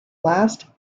last